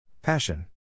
Passion